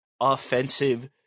offensive